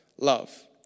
love